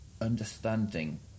understanding